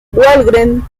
wahlgren